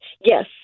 Yes